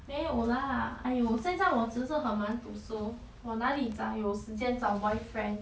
没有啦哎哟现在我只是很忙读书我哪里找有时间找 boyfriend